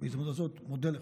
בהזדמנות הזאת אני מודה לך,